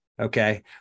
Okay